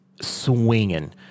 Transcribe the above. swinging